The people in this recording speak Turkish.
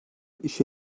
işe